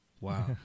Wow